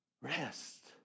Rest